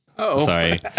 Sorry